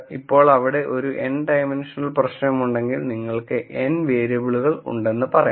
ഇപ്പോൾ അവിടെ ഒരു n ഡൈമൻഷണൽ പ്രശ്നമുണ്ടെങ്കിൽ നിങ്ങൾക്ക് n വേരിയബിളുകൾ ഉണ്ടെന്ന് പറയാം